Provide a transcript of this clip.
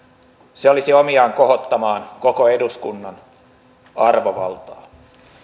se olisi omiaan kohottamaan koko eduskunnan arvovaltaa